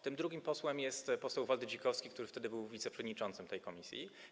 Tym drugim posłem jest poseł Waldy Dzikowski, który wtedy był wiceprzewodniczącym tej komisji.